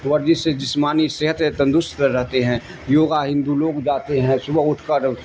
ورزش سے جسمانی صحت تندرست رہتے ہیں یوگا ہندو لوگ جاتے ہیں صبح اٹھ کر